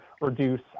reduce